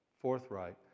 forthright